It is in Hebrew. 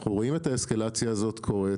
אנחנו רואים את האסקלציה הזאת קורית,